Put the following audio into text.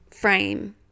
frame